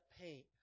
paint